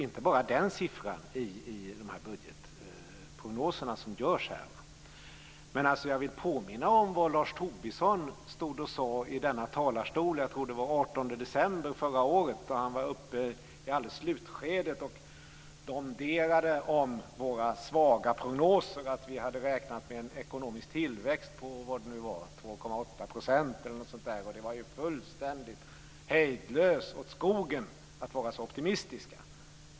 Inte bara den siffran i de budgetprognoser som görs är osäker. Men jag vill påminna om vad Lars Tobisson stod och sade i denna talarstol - jag tror det var den 18 december förra året - när han var uppe i slutskedet av debatten och domderade om våra svaga prognoser. Vi hade räknat med en ekonomisk tillväxt på 2,8 %, eller någonting sådant. Det var fullständigt, hejdlöst, åt skogen att vi var så optimistiska.